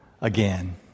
again